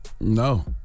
No